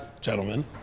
Gentlemen